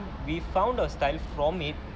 we found our style from it